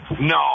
No